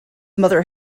mother